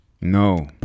No